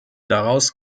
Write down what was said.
daraus